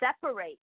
separate